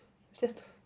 just